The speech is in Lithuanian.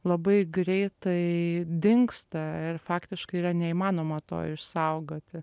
labai greitai dingsta ir faktiškai yra neįmanoma to išsaugoti